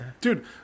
Dude